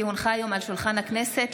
כי הונחה היום על שולחן הכנסת,